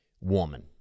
woman